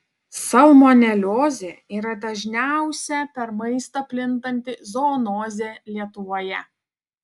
salmoneliozė yra dažniausia per maistą plintanti zoonozė lietuvoje